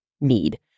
need